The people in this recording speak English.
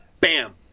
Bam